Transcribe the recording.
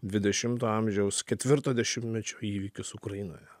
dvidešimto amžiaus ketvirto dešimtmečio įvykius ukrainoje